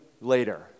later